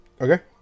Okay